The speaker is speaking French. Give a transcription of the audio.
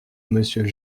monsieur